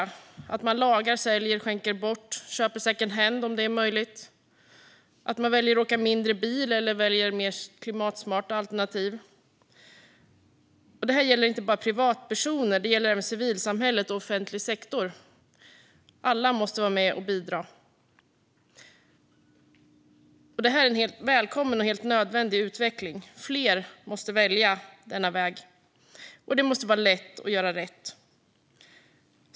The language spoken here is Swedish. Det handlar om att man lagar, säljer, skänker bort, köper secondhand om det är möjligt och väljer att åka mindre bil eller väljer mer klimatsmarta alternativ. Detta gäller inte bara privatpersoner utan även civilsamhället och offentlig sektor. Alla måste vara med och bidra. Det här är en välkommen och helt nödvändig utveckling. Fler måste välja denna väg, och det måste vara lätt att göra rätt.